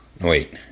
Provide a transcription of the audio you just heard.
Wait